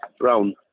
round